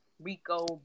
Rico